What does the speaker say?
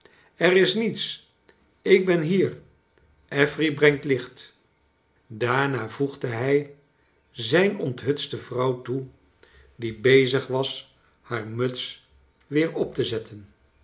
er is niets ik ben hier affery brengt licht daarna voegde hij zijn onthutste vrouw toe die bczig was haar muts weer op te zetten